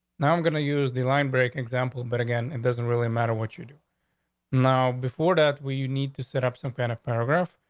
now i'm going to use the line break example. but again, it doesn't really matter what you do now. before that, we need to set up some kind of program.